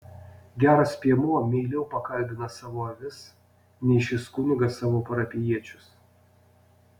geras piemuo meiliau pakalbina savo avis nei šis kunigas savo parapijiečius